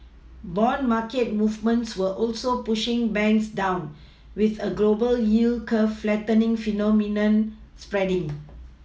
bond market movements were also pushing banks down with a global yield curve flattening phenomenon spreading